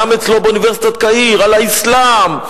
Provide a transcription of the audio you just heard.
נאם אצלו באוניברסיטת קהיר על האסלאם,